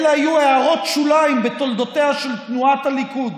היו הערות שוליים בתולדותיה של תנועת הליכוד,